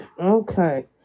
Okay